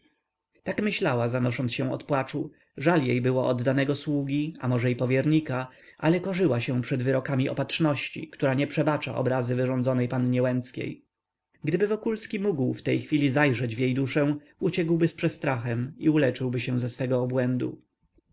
tak myślała zanosząc się od płaczu żal jej było oddanego sługi a może i powiernika ale korzyła się przed wyrokami opatrzności która nie przebacza obrazy wyrządzonej pannie łęckiej gdyby wokulski mógł w tej chwili zajrzeć w jej duszę uciekłby z przestrachem i uleczyłby się ze swego obłędu